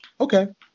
okay